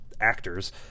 actors